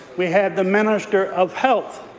we had the minister of health